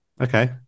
Okay